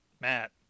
Matt